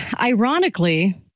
ironically